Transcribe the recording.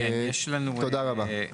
תודה רבה.